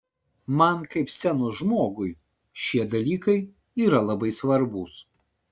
man kaip scenos žmogui šie dalykai yra labai svarbūs